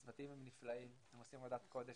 הצוותים הם נפלאים ועושים עבודת קודש